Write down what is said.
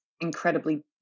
incredibly